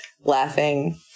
laughing